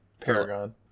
Paragon